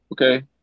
Okay